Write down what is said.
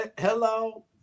Hello